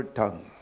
tongue